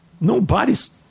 nobody's